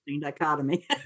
dichotomy